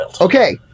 Okay